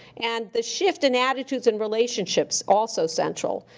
and the shift in attitudes and relationships, also central,